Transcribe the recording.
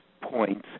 points